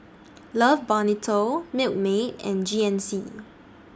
Love Bonito Milkmaid and G N C